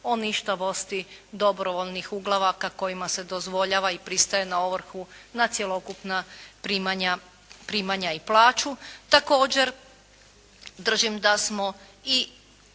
o ništavosti dobrovoljnih uglavaka kojima se dozvoljava i pristaje na ovrhu na cjelokupna primanja i plaću. Također držim da smo i